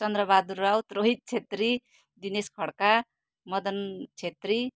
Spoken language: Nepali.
चन्द्रबहादुर राउत रोहित छेत्री दिनेश खड्का मदन छेत्री